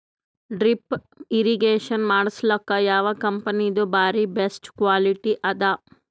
Drip irrigation ಮಾಡಸಲಕ್ಕ ಯಾವ ಕಂಪನಿದು ಬಾರಿ ಬೆಸ್ಟ್ ಕ್ವಾಲಿಟಿ ಅದ?